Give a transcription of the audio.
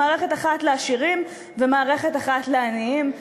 מערכת אחת לעשירים ומערכת אחת לעניים.